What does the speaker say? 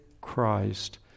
Christ